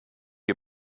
you